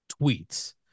tweets